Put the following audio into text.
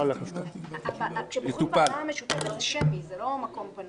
כרגע יהיה מקום פנוי ליהדות התורה.